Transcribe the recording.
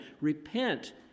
Repent